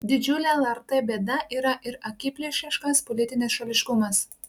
didžiulė lrt bėda yra ir akiplėšiškas politinis šališkumas